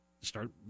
start